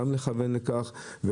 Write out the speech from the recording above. גם לכוון לכך,